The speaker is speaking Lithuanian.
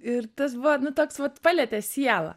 ir tas buvo toks vat palietė sielą